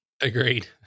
agreed